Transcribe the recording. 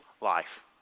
life